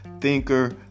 thinker